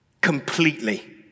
Completely